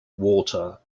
water